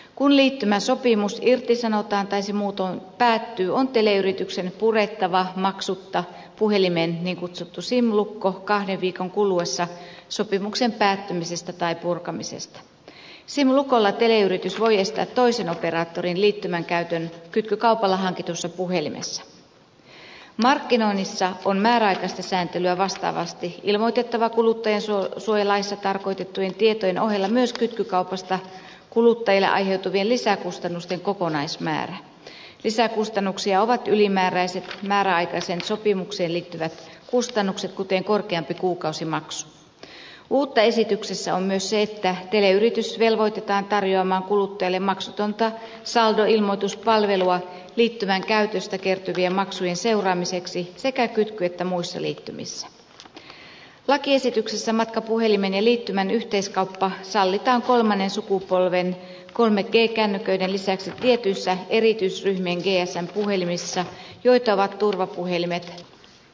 kun liittymäsopimus irtisanotaanttaisi muutoin päättyy on teleyrityksen purettava maksutta puhelimen niin kutsuttu sim lukko kahden viikon kuluessa sopimuksen päättymisestä tai purkamisesta sim lukolla teleyritys voi estää toisen operaattorin liittymän käytön kytkykaupalla hankitussa puhelimessa markkinoinnissa on määräysten sääntelyä vastaavasti ilmoitettava kuluttaja saa suojalaissa tarkoitettujen tietojen ohella myös kytkykaupasta kuluttajalle aiheutuvien lisäkustannusten kokonaismäärä lisäkustannuksia ovat ylimääräiset määräaikaiseen sopimukseen liittyvät kustannukset kuten korkeampi kuukausimaksu uutta esityksessä on myös se että täh teleyritys velvoitetaan tarjoamaan kuluttajalle maksutonta saldoilmoituspalvelua liittymän käytöstä kertyvien maksujen seuraamiseksi sekä kytky että muissa liittymissä lakiesityksessä matkapuhelimeneliittymän yhteiskauppa sallitaan kolmannen sukupolven kolmegi kännyköiden lisäksi tietyssä erityisryhmien kesän puhelimissa joita ovat turvapuhelimet e